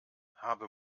habe